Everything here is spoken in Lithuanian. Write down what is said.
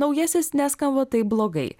naujasis neskamba taip blogai